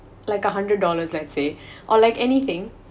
like a hundred dollars let's say or like anything